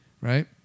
right